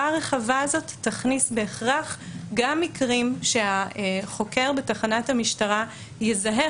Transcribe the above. הרחבה הזאת תכניס בהכרח גם מקרים שהחוקר בתחנת המשטרה יזהה